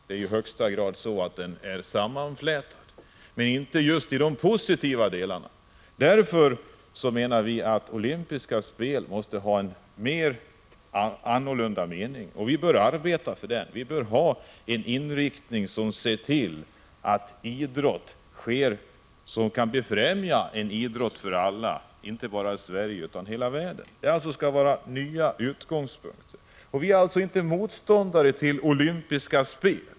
De är i högsta grad sammanflätade, men inte på ett positivt sätt. De olympiska spelen måste därför ges en annan mening. Inriktningen bör vara att befrämja en idrott för alla, inte bara i Sverige utan i hela världen. Därför behövs det nya utgångspunkter. Vi är inte motståndare till olympiska spel.